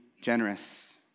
generous